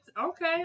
Okay